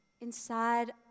inside